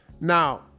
Now